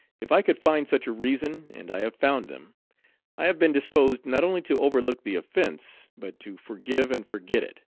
if i could find such a reason and i have found them i have been disposed not only to overlook the offence, but to forgive and forget it.